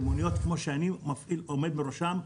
של מוניות כמו שאני עומד בראשן,